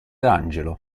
angelo